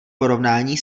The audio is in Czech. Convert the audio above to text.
porovnání